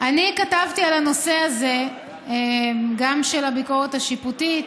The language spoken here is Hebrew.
אני כתבתי על הנושא הזה, גם של הביקורת השיפוטית